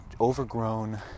overgrown